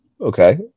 okay